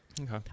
Okay